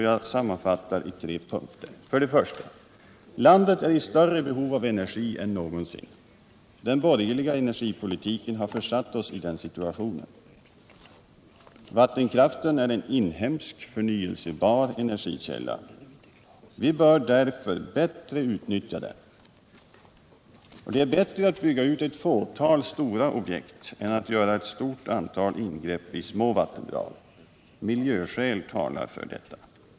Jag sammanfattar i tre punkter. Norrland För det första: Landet är i större behov av energi än någonsin. Den borgerliga energipolitiken har försatt oss i den situationen. Vattenkraften är en inhemsk förnyelsebar energikälla. Vi bör därför bättre utnyttja den. Det är bättre att bygga ut ett fåtal stora objekt än att göra ett stort antal ingrepp i små vattendrag. Miljöskäl talar för detta.